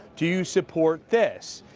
do you support this?